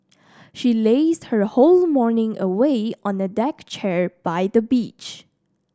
she lazed her whole morning away on a deck chair by the beach